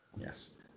Yes